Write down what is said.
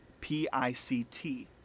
P-I-C-T